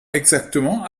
exactement